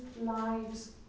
lives